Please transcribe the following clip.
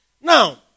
Now